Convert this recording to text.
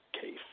case